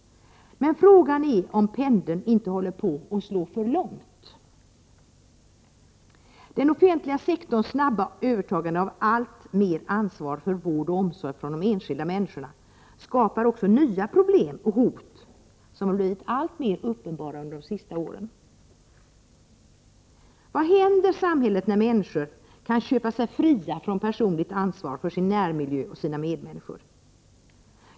Men frågan är om pendeln inte håller på att slå för långt. Den offentliga sektorns snabba övertagande av alltmer ansvar för vård och omsorg från de enskilda människorna skapar också nya problem och hot, som har blivit alltmer uppenbara under de senaste åren. Vad händer med samhället när människor kan känna sig fria från personligt ansvar för sin närmiljö och sina medmänniskor?